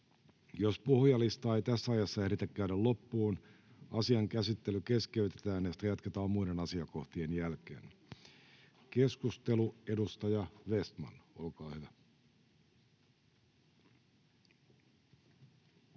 Jos puhujalistaa ei tässä ajassa ehditä käydä loppuun, asian käsittely keskeytetään ja sitä jatketaan muiden asiakohtien jälkeen. — Keskustelu, edustaja Vestman, olkaa hyvä.